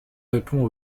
répond